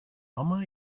home